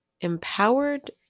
empowered